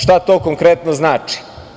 Šta to konkretno znači?